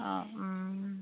অঁ